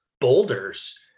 boulders